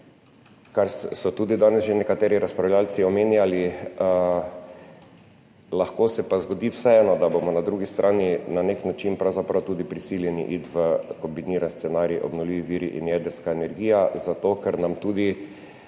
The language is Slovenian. kar so tudi danes že nekateri razpravljavci omenjali, se lahko vseeno zgodi, da bomo na drugi strani na nek način pravzaprav tudi prisiljeni iti v kombinirani scenarij obnovljivi viri in jedrska energija, zato ker nam tudi